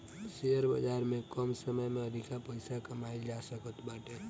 share बाजार में कम समय में अधिका पईसा कमाईल जा सकत बाटे